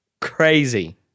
crazy